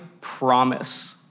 promise